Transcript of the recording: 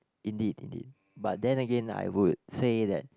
indeed indeed but then again I would say that